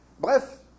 Bref